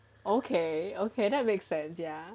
okay okay that make sense ya